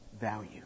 value